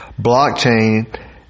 blockchain